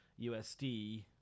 USD